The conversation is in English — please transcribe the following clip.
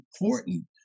important